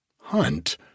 Hunt